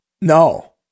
No